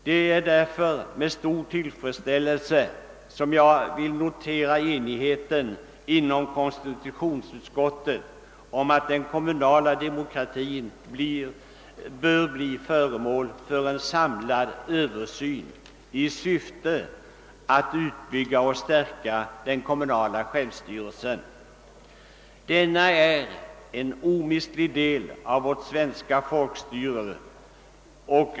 Därför noterar jag med stor tillfredsställelse den enighet som rått inom konstitutionsutskottet om att den kommunala demokratin bör bli föremål för en samlad översyn i syfte att utbygga och stärka den kommunala självstyrelsen, som är en omistlig del av vårt svenska folkstyre.